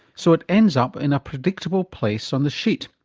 so it ends up in a predictable place on the sheet.